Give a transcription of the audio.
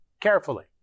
carefully